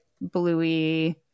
bluey